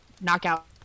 knockout